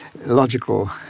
logical